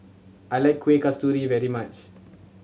I like Kuih Kasturi very much